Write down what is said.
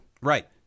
Right